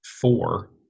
four